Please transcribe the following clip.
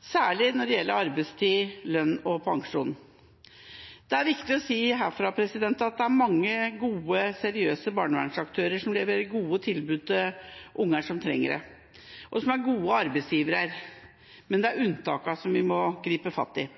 særlig når det gjelder arbeidstid, lønn og pensjon. Det er viktig å si herfra at det er mange gode, seriøse barnevernsaktører som leverer gode tilbud til barn som trenger det, og som er gode arbeidsgivere. Men det er unntakene vi må gripe fatt i.